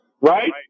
Right